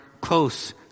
close